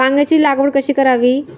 वांग्यांची लागवड कशी करावी?